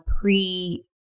pre-